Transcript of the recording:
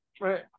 Right